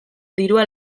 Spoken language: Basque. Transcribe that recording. dirua